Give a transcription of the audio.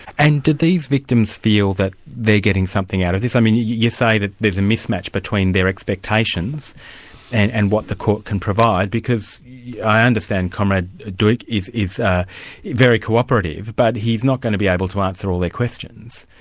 and did these victims feel that they're getting something out of this? i mean you say that there's a mismatch between their expectations and and what the court can provide, because i understand comrade duch is is ah very co-operative, but he's not going to be able to answer all their questions,